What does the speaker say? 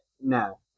no